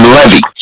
levy